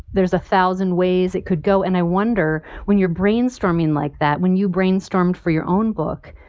there's a thousand ways it could go. and i wonder when you're brainstorming like that when you brainstormed for your own book.